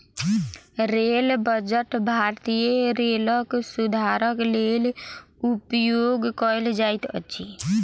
rail budget भारतीय रेलक सुधारक लेल उपयोग कयल जाइत अछि